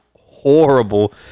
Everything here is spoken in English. horrible